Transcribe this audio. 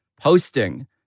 posting